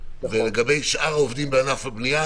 ולגבי שאר העובדים בענף הבנייה,